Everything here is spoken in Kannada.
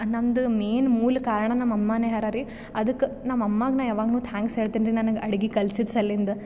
ನಮ್ದು ಮೇನ್ ಮೂಲ ಕಾರಣ ನಮ್ಮ ಅಮ್ಮನೇ ಹರರೀ ಅದಕ್ಕೆ ನಮ್ಮ ಅಮ್ಮಗೆ ನಾ ಯಾವಾಗ್ಲು ಥ್ಯಾಂಕ್ಸ್ ಹೇಳ್ತೀನಿ ರೀ ನನಗೆ ಅಡ್ಗೆ ಕಲಿಸಿದ ಸಲಿಂದ